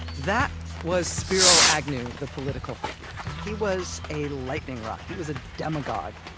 that was spiro agnew the political figure he was a lightning rod. he was a demagogue.